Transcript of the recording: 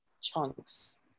chunks